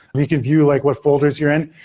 you can view like what folders you're in,